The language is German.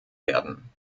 werden